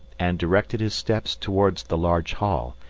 and directed his steps towards the large hall,